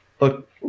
look